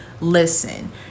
listen